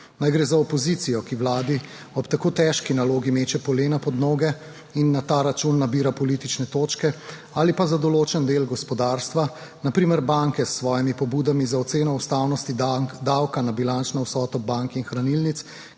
Naj gre za opozicijo, ki Vladi ob tako težki nalogi meče polena pod noge, in na ta račun nabira politične točke ali pa za določen del gospodarstva. Na primer banke s svojimi pobudami za oceno ustavnosti davka na bilančno vsoto bank in hranilnic,